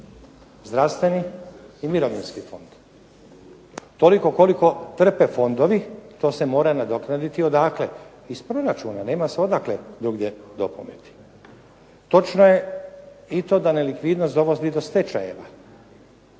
zdravstveni i mirovinski fond. Toliko koliko trpe fondovi, to se mora nadoknaditi odakle? Iz proračuna. Nema se odakle drugdje dopuniti. Točno je i to da nelikvidnost dovodi do stečajeva.